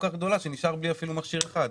כך גדולה שנשאר אפילו בלי מכשיר אחד?